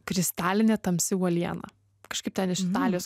kristalinė tamsi uoliena kažkaip ten iš italijos